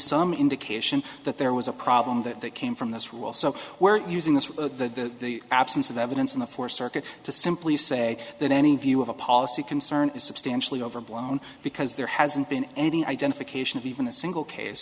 some indication that there was a problem that that came from this rule so we're using the absence of evidence in the fourth circuit to simply say that any view of a policy concern is substantially overblown because there hasn't been any identification of even a single case